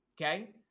Okay